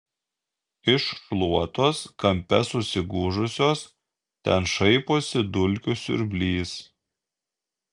iš šluotos kampe susigūžusios ten šaiposi dulkių siurblys